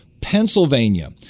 Pennsylvania